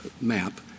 map